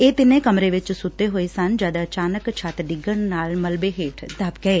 ਇਹ ਤਿੰਨੇ ਕਮਰੇ ਵਿਚ ਸੁੱਤੇ ਹੋਏ ਸਨ ਜਦ ਅਚਾਨਕ ਛੱਡ ਡਿੱਗਣ ਨਾਲ ਮਲਬੇ ਹੇਠ ਦਬ ਗਏ